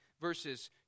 Verses